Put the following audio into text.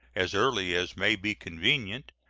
as early as may be convenient,